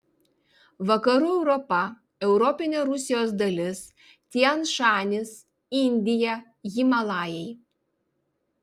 vakarų europa europinė rusijos dalis tian šanis indija himalajai